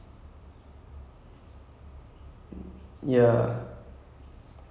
tom holland and robert okay for iron man like ya I I